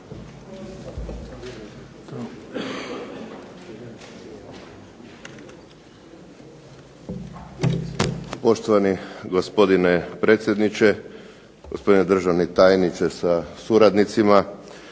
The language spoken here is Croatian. Poštovani gospodine predsjedniče, gospodine državni tajniče sa suradnicima.